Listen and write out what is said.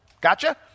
Gotcha